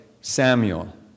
Samuel